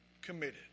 committed